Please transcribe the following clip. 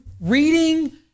reading